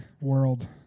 world